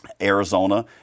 Arizona